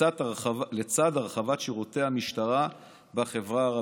לצד הרחבת שירותי המשטרה בחברה הערבית.